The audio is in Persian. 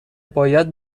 باید